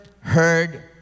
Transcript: heard